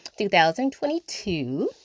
2022